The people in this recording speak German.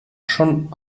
schon